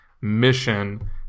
mission